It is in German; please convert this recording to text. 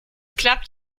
klappt